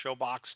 Showbox